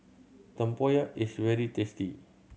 tempoyak is very tasty